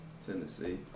Tennessee